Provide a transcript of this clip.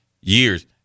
years